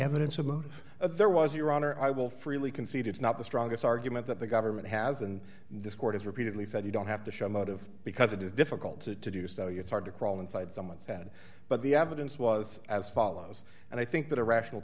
evidence of motive there was your honor i will freely concede it's not the strongest argument that the government has and this court has repeatedly said you don't have to show motive because it is difficult to do so you it's hard to crawl inside someone's head but the evidence was as follows and i think that a rational